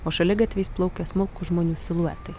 o šaligatviais plaukia smulkūs žmonių siluetai